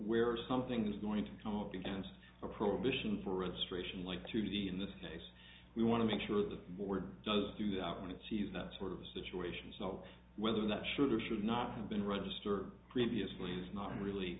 where something is going to come up against a prohibition for registration like to see in this case we want to make sure the board does do that when it see that sort of situation so whether that should or should not have been register previously is not really